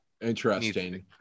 interesting